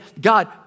God